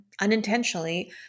unintentionally